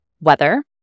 Weather